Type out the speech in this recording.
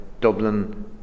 Dublin